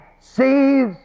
sees